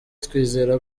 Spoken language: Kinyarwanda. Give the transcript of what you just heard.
twizera